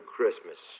Christmas